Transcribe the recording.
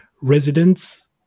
residents